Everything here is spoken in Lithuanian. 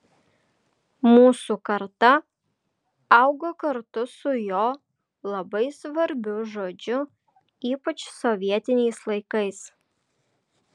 mūsų karta augo kartu su jo labai svarbiu žodžiu ypač sovietiniais laikais